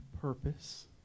purpose